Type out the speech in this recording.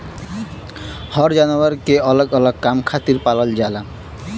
हर जानवर के अलग अलग काम खातिर पालल जाला